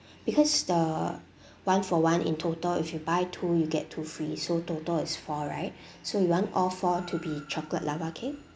because the one for one in total if you buy two you get two free so total is four right so you want all four to be chocolate lava cake